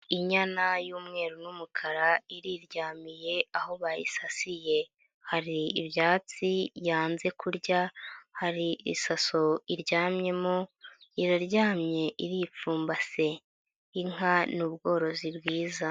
Inyana y'umweru n'umukara iriryamiye aho bayisasiye. Hari ibyatsi yanze kurya, hari isaso iryamyemo, iraryamye iripfumbase. Inka ni ubworozi bwiza.